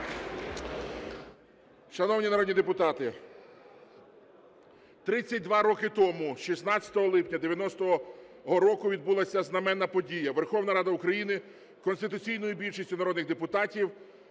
Шановні народні депутати, 32 роки тому 16 липня 90-го року відбулася знаменна подія – Верховна Рада України конституційною більшістю народних депутатів,